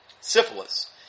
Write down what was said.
syphilis